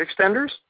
extenders